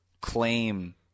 claim